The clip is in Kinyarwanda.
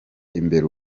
imbere